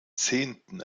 zehnten